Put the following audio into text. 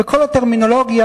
וכל הטרמינולוגיה,